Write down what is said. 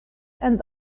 and